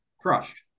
crushed